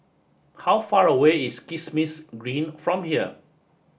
how far away is Kismis Green from here